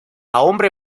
hombre